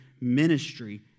ministry